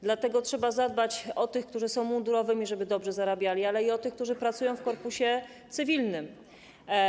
Dlatego trzeba zadbać o tych, którzy są mundurowymi, żeby dobrze zarabiali, ale i o tych, którzy pracują w korpusie cywilnym.